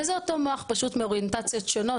זה אותו מוח פשוט מאוריינטציות שונות.